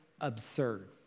absurd